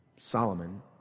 Solomon